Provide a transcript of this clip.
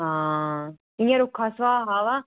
आं इ'यां रुक्खा स्भाऽ हा वा